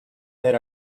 that